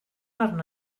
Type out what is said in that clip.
arna